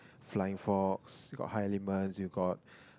flying fox got high elements you got